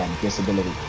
disability